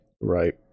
Right